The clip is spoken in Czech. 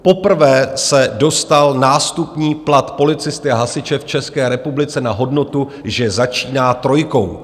Poprvé se dostal nástupní plat policisty a hasiče v České republice na hodnotu, že začíná trojkou.